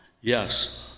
Yes